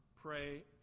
pray